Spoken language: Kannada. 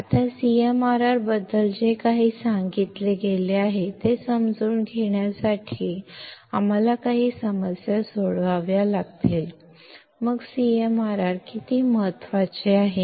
ಈಗ CMRR ಬಗ್ಗೆ ಏನು ಹೇಳಲಾಗಿದೆ ಎಂಬುದನ್ನು ಅರ್ಥಮಾಡಿಕೊಳ್ಳಲು ನಾವು ಕೆಲವು ಪ್ರಾಬ್ಲಮ್ಗಳನ್ನು ಪರಿಹರಿಸಬೇಕಾಗಿದೆ ನಂತರ CMRR ಎಷ್ಟು ಮುಖ್ಯ ಎಂಬುದನ್ನು ನಾವು ಅರ್ಥಮಾಡಿಕೊಳ್ಳುತ್ತೇವೆ